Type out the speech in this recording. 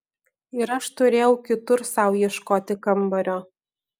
ir aš turėjau kitur sau ieškoti kambario